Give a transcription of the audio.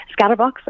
Scatterbox